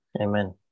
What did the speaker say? Amen